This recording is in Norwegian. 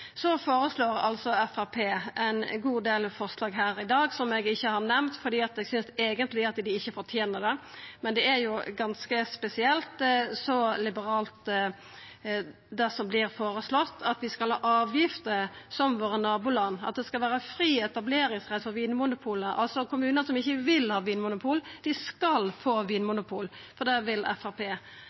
ein god del forslag som eg ikkje har nemnt, fordi eg eigentleg synest dei ikkje fortener det, men det er ganske spesielt så liberalt det er, det som vert føreslått – at vi skal ha avgifter som nabolanda våre, og at det skal vera fri etableringsrett for Vinmonopolet. Kommunar som ikkje vil ha vinmonopol, skal altså få vinmonopol, for det vil